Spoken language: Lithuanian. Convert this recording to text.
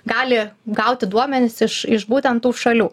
gali gauti duomenis iš iš būtent tų šalių